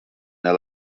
neu